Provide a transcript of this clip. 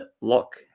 lock